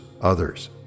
others